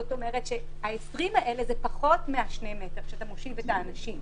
זאת אומרת שה-20 האלה הם פחות מה-2 מטר כשאתה מושיב את האנשים.